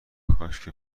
کاشکی